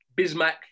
Bismack